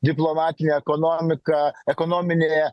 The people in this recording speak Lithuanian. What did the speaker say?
diplomatiją ekonomiką ekonominėje